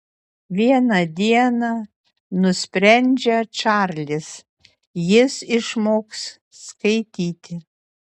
vieną dieną nusprendžia čarlis jis išmoks skaityti